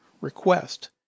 request